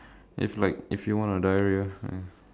it's like if you want to diarrhoea ya